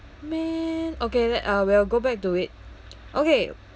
man okay then uh we'll go back to it okay